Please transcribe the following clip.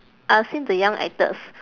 I've seen the young actors